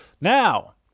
Now